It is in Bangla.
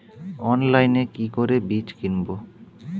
অনলাইনে কি করে বীজ কিনব?